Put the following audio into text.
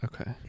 Okay